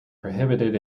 prohibited